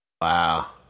Wow